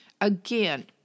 Again